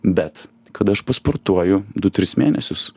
bet kada aš pasportuoju du tris mėnesius